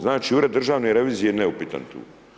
Znači, Ured državne revizije je neupitan tu.